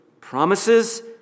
promises